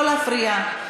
לא להפריע.